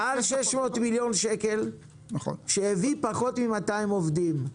מעל 620 מיליון שקל שהביאו פחות מ-200 עובדים.